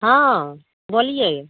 हँ बोलिए